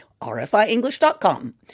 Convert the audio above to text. rfienglish.com